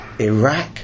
Iraq